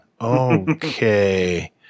okay